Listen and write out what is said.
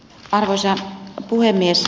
arvoisa puhemies